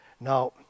Now